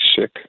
sick